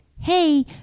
hey